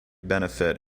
benefit